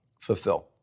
fulfill